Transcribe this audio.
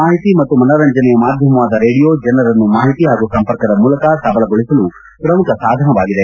ಮಾಹಿತಿ ಮತ್ತು ಮನರಂಜನೆಯ ಮಾಧ್ಯಮವಾದ ರೇಡಿಯೋ ಜನರನ್ನು ಮಾಹಿತಿ ಹಾಗೂ ಸಂಪರ್ಕದ ಮೂಲಕ ಸಬಲಗೊಳಿಸಲು ಪ್ರಮುಖ ಸಾಧನವಾಗಿದೆ